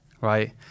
right